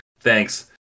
Thanks